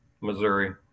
Missouri